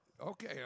Okay